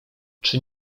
czy